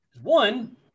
One